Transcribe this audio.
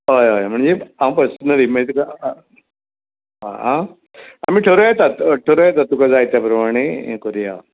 हय हय म्हणजे हांव पस्नली मागीर तुका आं आमी थारावया येता थारावंक येता तुका जाय त्या प्रमाणें हें करुया